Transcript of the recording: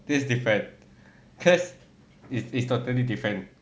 this is different cause it is totally different